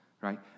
right